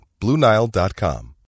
BlueNile.com